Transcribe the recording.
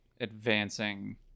advancing